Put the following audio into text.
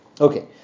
Okay